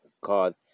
called